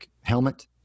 helmet